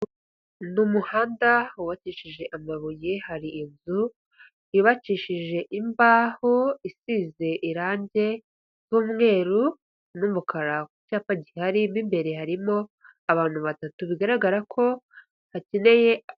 Ni umuhanda wubakishije amabuye, hari inzu yubakishije imbaho, isize irangi ry'umweru n'umukara ku cyapa gihari, mo imbere harimo abantu batatu bigaragara ko hakeneye